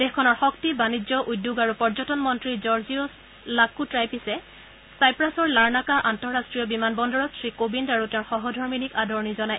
দেশখনৰ শক্তি বাণিজ্য উদ্যোগ আৰু পৰ্যটন মন্ত্ৰী জৰ্জিয়ছ লাক্কেট্টাইপিছে ছাইপ্ৰাছৰ লাৰনাকা আন্তঃৰট্টীয় বিমান বন্দৰত শ্ৰী কোৱিন্দ আৰু তেওঁৰ সহধমীনিক আদৰণি জনায়